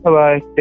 bye